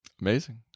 Amazing